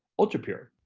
ultra pure.